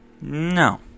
no